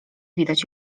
widać